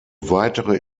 weitere